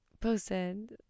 posted